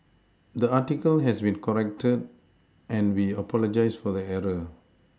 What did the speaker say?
the article has been corrected and we apologise for the error